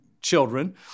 children